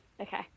Okay